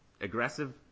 aggressive